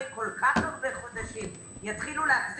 אחרי כל כך הרבה חודשים יתחילו להחזיר